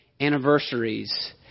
anniversaries